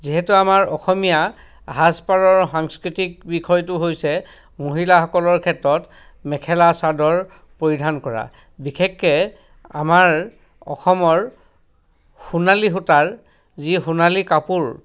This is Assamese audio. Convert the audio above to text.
যিহেতু আমাৰ অসমীয়া সাজপাৰৰ সাংস্কৃতিক বিষয়টো হৈছে মহিলাসকলৰ ক্ষেত্ৰত মেখেলা চাদৰ পৰিধান কৰা বিশেষকে আমাৰ অসমৰ সোণালী সূতাৰ যি সোণালী কাপোৰ